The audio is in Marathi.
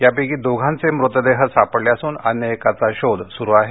यापैकी दोघांचे मृतदेह सापडले असून अन्य एकाचा शोध सुरू आहे